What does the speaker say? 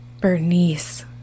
Bernice